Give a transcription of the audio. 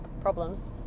problems